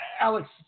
Alex